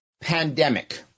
pandemic